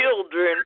children